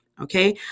Okay